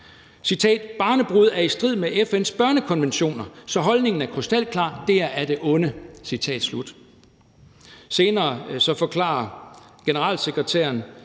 Barnebrude er i strid med FN’s børnekonventioner, så holdningen er krystalklar: Det er af det onde.« Senere forklarer generalsekretæren: